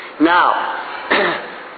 Now